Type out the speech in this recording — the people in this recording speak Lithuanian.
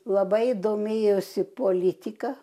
labai domėjosi politika